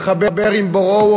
התחבר עם בוראו,